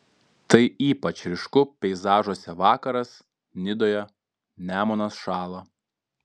tai ypač ryšku peizažuose vakaras nidoje nemunas šąla